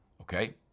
Okay